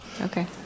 Okay